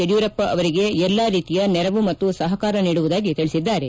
ಯಡಿಯೂರಪ್ಪ ಅವರಿಗೆ ಎಲ್ಲಾ ರೀತಿಯ ನೆರವು ಮತ್ತು ಸಹಕಾರ ನೀಡುವುದಾಗಿ ತಿಳಿಸಿದ್ದಾರೆ